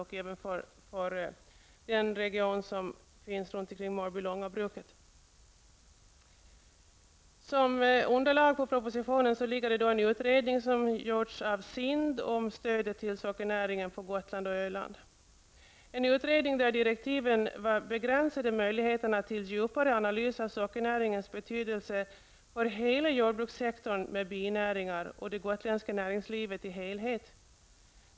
Det gäller även för regionen runt Mörbylånga bruk. Som underlag för propositionen ligger en utredning, gjord av SIND, om stödet till sockernäringen på Gotland och Öland. Det är en utredning där direktiven begränsade möjligheterna till djupare analys av sockernäringens betydelse för hela jordbrukssektorn med binäringar och det gotländska näringslivet i dess helhet.